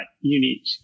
unique